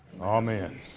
Amen